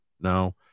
no